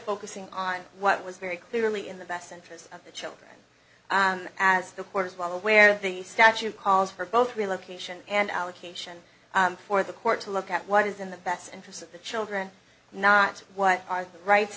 focusing on what was very clearly in the best interests of the children and as the court is well aware the statute calls for both relocation and allocation for the court to look at what is in the best interests of the children not what are the rights